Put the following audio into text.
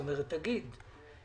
תגיד.